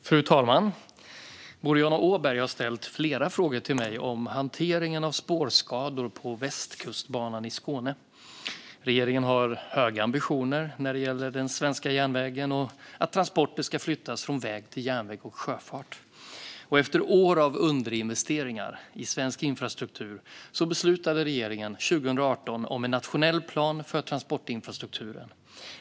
Fru talman! Boriana Åberg har ställt flera frågor till mig om hanteringen av spårskador på Västkustbanan i Skåne. Regeringen har höga ambitioner när det gäller den svenska järnvägen och att transporter ska flyttas från väg till järnväg och sjöfart. Efter år av underinvesteringar i svensk infrastruktur beslutade regeringen 2018 om en nationell plan för transportinfrastrukturen.